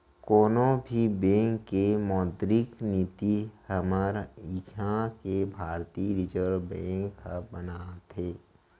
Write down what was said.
कोनो भी बेंक के मौद्रिक नीति हमर इहाँ के भारतीय रिर्जव बेंक ह बनाथे